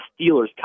Steelers